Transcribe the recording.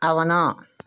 అవును